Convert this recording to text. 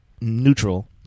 neutral